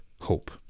hope